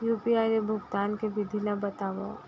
UPI ले भुगतान के विधि ला बतावव